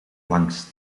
langst